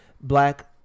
black